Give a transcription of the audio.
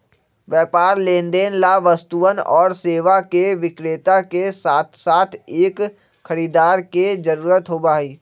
व्यापार लेनदेन ला वस्तुअन और सेवा के विक्रेता के साथसाथ एक खरीदार के जरूरत होबा हई